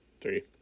Three